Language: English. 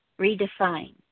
redefine